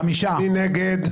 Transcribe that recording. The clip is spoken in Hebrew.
מי נגד?